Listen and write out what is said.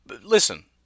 listen